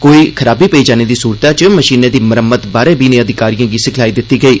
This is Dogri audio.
कोई खराबी पेई जाने दी सूरतै च मशीनें दी मरम्मत बारै बी उनें'गी सिखलाई दित्ती गेई